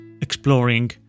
exploring